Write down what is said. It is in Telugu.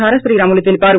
హర శ్రీరాములు తెలిపారు